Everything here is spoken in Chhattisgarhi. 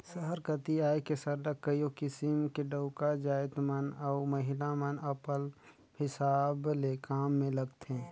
सहर कती आए के सरलग कइयो किसिम ले डउका जाएत मन अउ महिला मन अपल हिसाब ले काम में लगथें